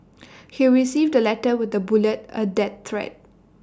he received letter with A bullet A death threat